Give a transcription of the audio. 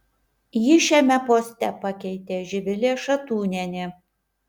jį šiame poste pakeitė živilė šatūnienė